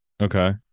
okay